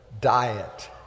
diet